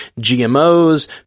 GMOs